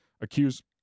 accused